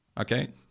Okay